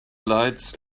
lights